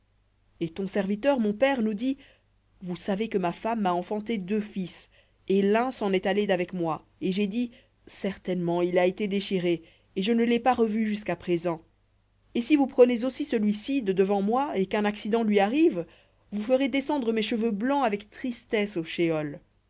et ton serviteur mon père nous dit vous savez que ma femme m'a enfanté deux fils et l'un s'en est allé d'avec moi et j'ai dit certainement il a été déchiré et je ne l'ai pas revu jusqu'à présent et si vous prenez aussi celui-ci de devant moi et qu'un accident lui arrive vous ferez descendre mes cheveux blancs avec tristesse au